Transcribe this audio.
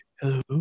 Hello